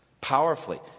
Powerfully